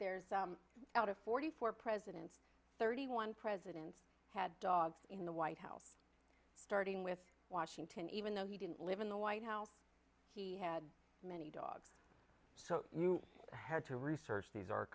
bear out of forty four presidents thirty one presidents had dogs in the white house starting with washington even though he didn't live in the white house he had many dogs so you had to research these